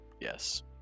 Yes